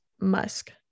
musk